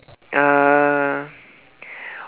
uh